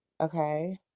Okay